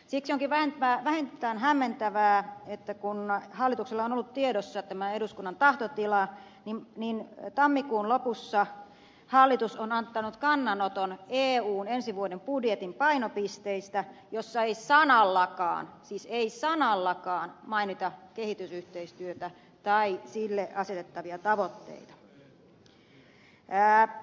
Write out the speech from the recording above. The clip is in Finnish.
siksi onkin vähintään hämmentävää että kun hallituksella on ollut tiedossa tämä eduskunnan tahtotila niin tammikuun lopussa hallitus on antanut kannanoton eun ensi vuoden budjetin painopisteistä joissa ei sanallakaan siis ei sanallakaan mainita kehitysyhteistyötä tai sille asetettavia tavoitteita